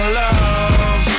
love